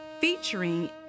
featuring